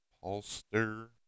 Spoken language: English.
Holster